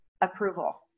approval